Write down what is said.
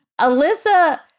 Alyssa